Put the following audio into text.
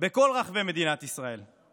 בכל רחבי מדינת ישראל.